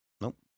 Nope